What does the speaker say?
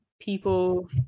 people